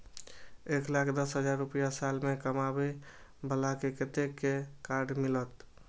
एक लाख दस हजार रुपया साल में कमाबै बाला के कतेक के कार्ड मिलत?